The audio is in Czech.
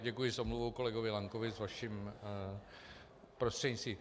Děkuji s omluvou kolegovi Lankovi, vaším prostřednictvím.